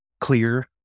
Clear